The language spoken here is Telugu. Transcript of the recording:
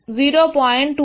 2275 0